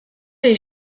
les